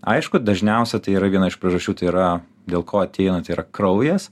aišku dažniausia tai yra viena iš priežasčių tai yra dėl ko ateina tai yra kraujas